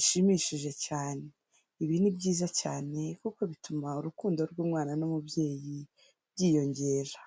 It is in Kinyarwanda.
ishimishije cyane. Ibi ni byiza cyane kuko bituma urukundo rw'umwana n'umubyeyi byiyongera.